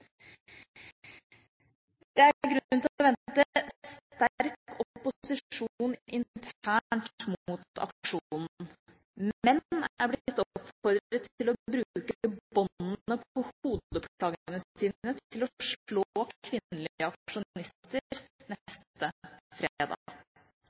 Det er grunn til å vente sterk opposisjon internt mot aksjonen. Menn er blitt oppfordret til å bruke båndene på hodeplaggene sine til å